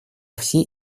все